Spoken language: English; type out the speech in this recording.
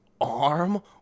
arm